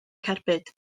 cerbyd